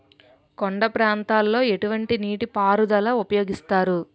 కొండ ప్రాంతాల్లో ఎటువంటి నీటి పారుదల ఉపయోగిస్తారు?